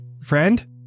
friend